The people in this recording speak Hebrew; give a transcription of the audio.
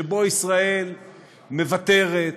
שבו ישראל מוותרת,